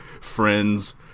Friends